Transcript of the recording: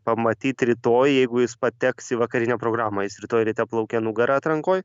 pamatyti rytoj jeigu jis pateks į vakarinę programą jis rytoj ryte plaukia nugara atrankoj